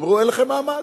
אמרו: אין לכם מעמד.